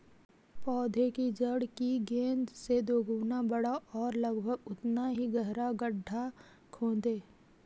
पौधे की जड़ की गेंद से दोगुना बड़ा और लगभग उतना ही गहरा गड्ढा खोदें